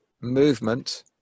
movement